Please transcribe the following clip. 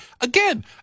Again